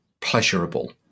pleasurable